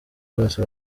rwose